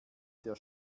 der